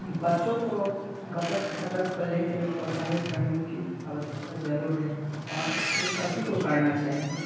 बच्चों को बचत खाता खोलने के लिए प्रोत्साहित करने की आवश्यकता ज़रूर है और यह सभी को करना चाहिए